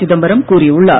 சிதம்பரம் கூறியுள்ளார்